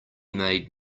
made